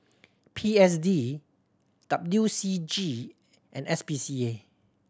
P S D W C G and S P C A